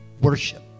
worship